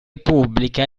pubblica